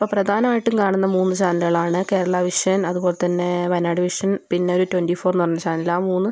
ഇപ്പം പ്രധാനമായിട്ടും കാണുന്നത് മൂന്ന് ചാനലുകൾ ആണ് കേരളാ വിഷൻ അതുപോലെത്തന്നെ വയനാട് വിഷൻ പിന്നെ ഒരു ട്വൻറ്റി ഫോറെന്ന് പറയുന്ന ചാനൽ ആ മൂന്ന്